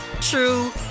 true